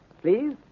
please